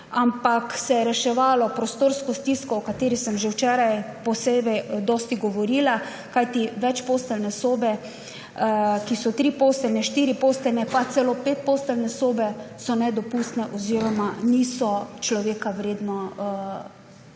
ampak se je reševala prostorska stiska, o kateri sem že včeraj dosti govorila, kajti večposteljne sobe, ki so triposteljne, štiriposteljne, pa celo petposteljne sobe, so nedopustne oziroma niso vredne